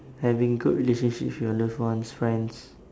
having good relationship with your loved ones friends